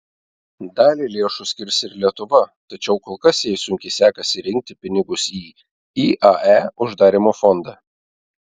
dalį lėšų skirs ir lietuva tačiau kol kas jai sunkiai sekasi rinkti pinigus į iae uždarymo fondą